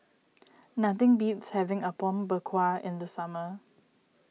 nothing beats having Apom Berkuah in the summer